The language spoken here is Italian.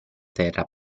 terra